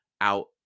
out